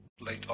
late